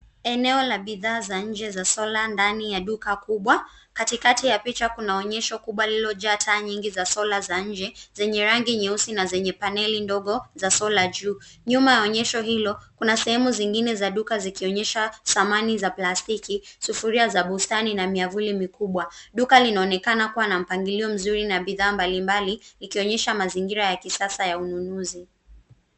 Eneo la bidhaa za nje za sola ndani ya duka kubwa. Katikati ya picha kuna onyesho kubwa lililojaa taa nyingi za sola za nje, zenye rangi nyeusi na zenye paneli ndogo za sola juu. Nyuma ya onyesho hilo, kuna sehemu zingine za duka zikionyesha samani za plastiki, sufuria za bustani na miavuli mikubwa. Duka linaonekana kuwa na mpangilio mzuri na bidhaa mbalimbali, ikionyesha mazingira ya kisasa ya ununuzi.